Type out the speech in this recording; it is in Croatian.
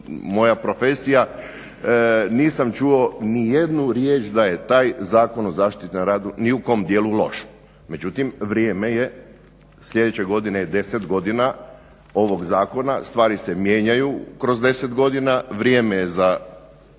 moja profesija, nisam čuo nijednu riječ da je taj Zakon o zaštiti na radu ni u kom dijelu loš. Međutim, vrijeme je, sljedeće godine je 10 godina ovog zakona, stvari se mijenjaju kroz 10 godina, vrijeme je za